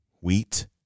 wheat